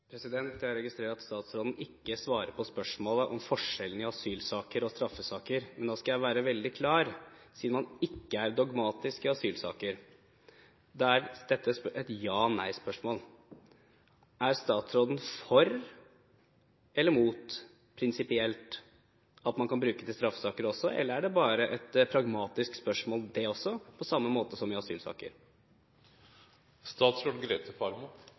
DNA-reformen. Jeg registrerer at statsråden ikke svarer på spørsmålet om forskjellen på asylsaker og straffesaker, men nå skal jeg være veldig klar. Siden man ikke er dogmatisk i asylsaker – dette er et ja/nei-spørsmål – er statsråden prinsipielt for eller mot at man kan bruke det i straffesaker også? Eller er det også bare et pragmatisk spørsmål, på samme måte som i asylsaker?